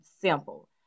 simple